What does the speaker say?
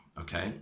okay